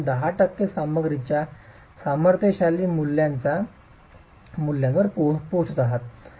आपण 10 टक्के सामग्रीच्या सामर्थ्यशाली मूल्यांच्या मूल्यांवर पोहोचत आहात